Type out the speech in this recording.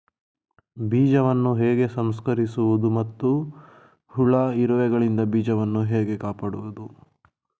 ಬೀಜವನ್ನು ಹೇಗೆ ಸಂಸ್ಕರಿಸುವುದು ಮತ್ತು ಹುಳ, ಇರುವೆಗಳಿಂದ ಬೀಜವನ್ನು ಹೇಗೆ ಕಾಪಾಡುವುದು?